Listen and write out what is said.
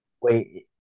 wait